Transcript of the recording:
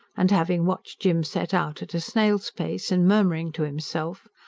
and having watched jim set out, at a snail's pace and murmuring to himself,